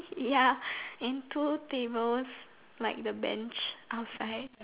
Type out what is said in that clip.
ya and two tables like the bench outside